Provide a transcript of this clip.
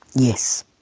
yes.